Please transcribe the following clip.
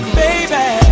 baby